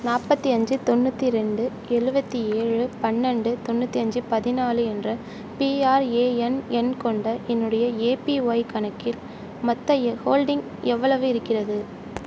நாற்பத்தி அஞ்சு தொண்ணூற்றி ரெண்டு எழுபத்தி ஏழு பன்னெண்டு தொண்ணூற்றி அஞ்சு பதினாலு என்ற பிஆர்ஏஎன் எண் கொண்ட என்னுடைய ஏபிஒய் கணக்கில் மொத்த ஹோல்டிங் எவ்வளவு இருக்கிறது